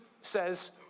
says